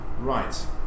right